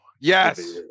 yes